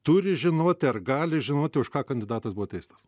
turi žinoti ar gali žinoti už ką kandidatas buvo teistas